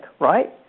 right